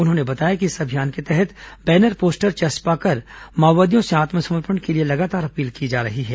उन्होंने बताया कि इस अभियान के तहत बैनर पोस्टर चस्पा कर माओवादियों से आत्मसमर्पण के लिए लगातार अपील की जा रही है